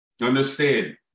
understand